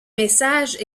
messages